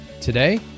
Today